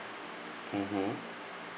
mmhmm